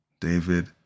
David